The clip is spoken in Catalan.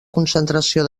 concentració